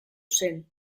zen